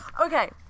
Okay